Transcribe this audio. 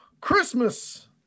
Christmas